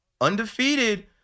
undefeated